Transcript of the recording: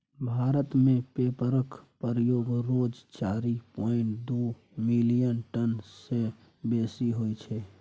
भारत मे पेपरक प्रयोग रोज चारि पांइट दु मिलियन टन सँ बेसी होइ छै